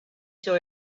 saw